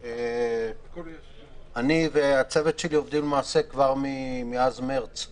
אני והצוות שלי עובדים מאז מרץ,